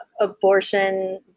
abortion